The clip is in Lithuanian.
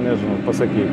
nežinau pasakyk